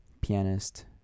pianist